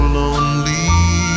lonely